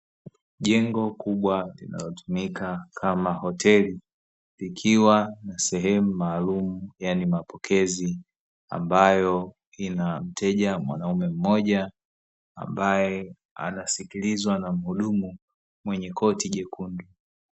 Jengo kubwa linalotumika kama hoteli, likiwa na sehemu maalumu yani mapokezi, ambayo ina mteja mwanaume mmoja ambae anasikilizwa na mhudumu mwenye koti jekundu.